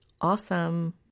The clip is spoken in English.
Awesome